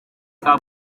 bwa